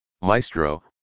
Maestro